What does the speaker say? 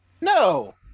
No